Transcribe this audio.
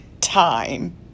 time